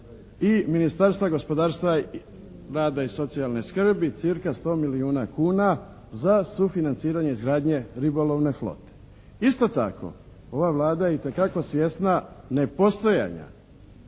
i Ministarstva gospodarstva, rada i socijalne skrbi cca. 100 milijuna kuna za sufinanciranje izgradnje ribolovne flote. Isto tako, ova Vlada je itekako svjesna nepostojanja